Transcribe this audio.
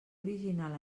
original